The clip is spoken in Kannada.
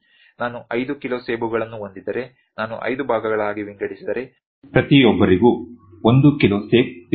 ನಾನು 5 ಕಿಲೋ ಸೇಬುಗಳನ್ನು ಹೊಂದಿದ್ದರೆ ನಾನು 5 ಭಾಗಗಳಾಗಿ ವಿಂಗಡಿಸಿದರೆ ಪ್ರತಿಯೊಬ್ಬರಿಗೂ 1 ಕಿಲೋ ಸೇಬು ಸಿಗುತ್ತದೆ